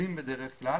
בריכוזים בדרך כלל.